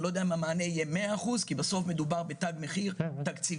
אני לא יודע אם המענה יהיה מאה אחוזים כי בסוף מדובר בתג מחיר תקציבי